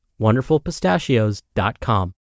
wonderfulpistachios.com